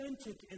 authentic